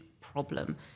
problem